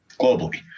globally